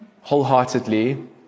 Wholeheartedly